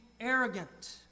arrogant